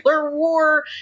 war